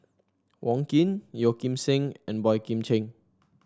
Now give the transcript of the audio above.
Wong Keen Yeo Kim Seng and Boey Kim Cheng